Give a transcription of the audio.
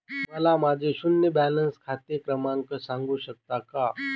मला माझे शून्य बॅलन्स खाते क्रमांक सांगू शकता का?